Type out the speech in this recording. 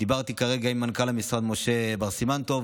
דיברתי כרגע עם מנכ"ל המשרד משה בר סימן טוב.